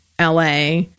LA